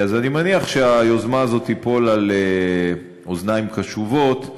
אני מניח שהיוזמה הזאת תיפול על אוזניים קשובות,